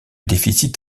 déficit